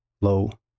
Low